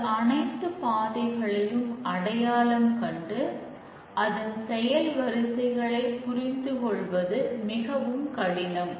இந்த அனைத்து பாதைகளையும் அடையாளம் கண்டு அதன் செயல் வரிசைகளை புரிந்து கொள்வது மிகவும் கடினம்